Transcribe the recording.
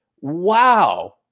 Wow